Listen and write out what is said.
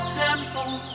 temple